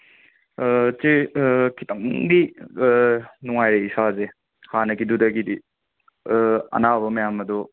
ꯆꯦ ꯈꯤꯠꯇꯪꯗꯤ ꯅꯨꯡꯉꯥꯏꯔꯦ ꯏꯁꯥꯁꯦ ꯍꯥꯟꯅꯒꯤꯗꯨꯗꯒꯤꯗꯤ ꯑꯅꯥꯕ ꯃꯌꯥꯝ ꯑꯗꯨ